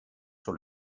sur